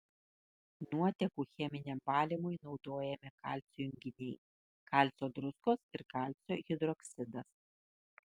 nuotekų cheminiam valymui naudojami kalcio junginiai kalcio druskos ir kalcio hidroksidas